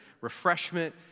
refreshment